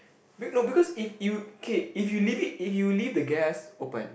no because if you okay if you leave it if you leave the gas open